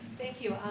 thank you.